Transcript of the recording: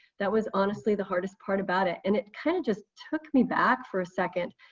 that was honestly the hardest part about it. and it kind of just took me back for a second.